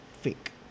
fake